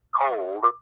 cold